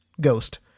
ghost